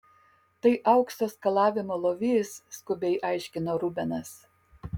tai aukso skalavimo lovys skubiai aiškino rubenas